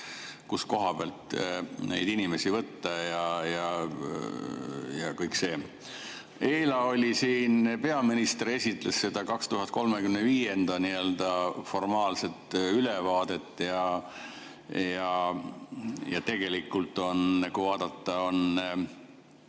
kus koha pealt neid inimesi võtta ja kõik see. Eila oli siin peaminister, esitles seda 2035. aasta nii-öelda formaalset ülevaadet. Ja tegelikult on, kui vaadata,